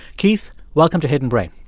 keith, welcome to hidden brain